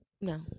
no